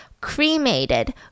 cremated